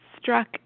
struck